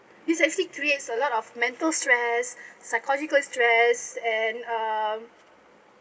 it's actually creates a lot of mental stress psychological stress and um